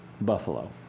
Buffalo